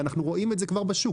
ואנחנו כבר רואים את זה בשוק.